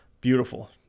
Beautiful